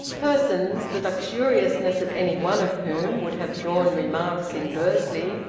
persons the luxuriousness of any one of whom would have drawn remarks in bursley,